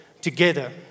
together